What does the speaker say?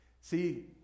See